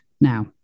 now